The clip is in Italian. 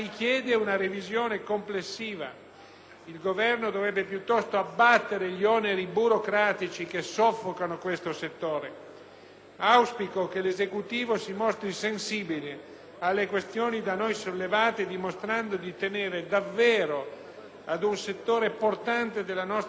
Il Governo dovrebbe piuttosto abbattere gli oneri burocratici che soffocano questo settore. Auspico che l'Esecutivo si mostri sensibile alle questioni da noi sollevate, dimostrando di tenere davvero ad un settore portante della nostra economia, che non può essere abbandonato,